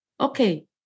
okay